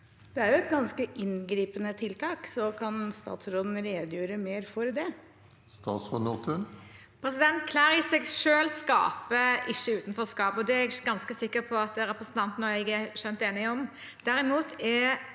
Det er jo et ganske inngripende tiltak. Kan statsråden redegjøre mer for det? Statsråd Kari